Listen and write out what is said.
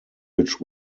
which